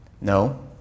no